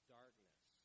darkness